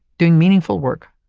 doing meaningful work,